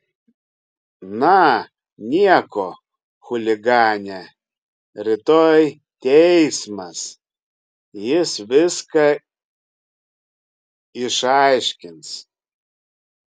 na nieko chuligane rytoj teismas jis viską išaiškins